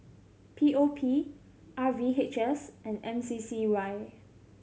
P O P R V H S and M C C Y